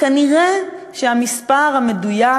כנראה המספר המדויק,